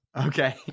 Okay